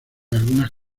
algunas